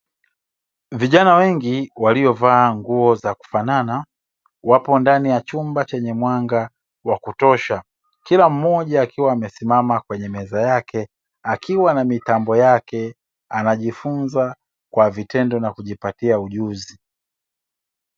Vijana wengi waliovaa nguo za kufanana wapo ndani ya chumba chenye mwanga wa kutosha. Kila mmoja akiwa amesimama kwenye meza yake, akiwa na mitambo yake anajifunza kwa vitendo na kujipatia ujuzi.